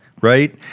right